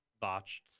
botched